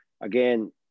again